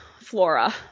flora